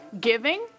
giving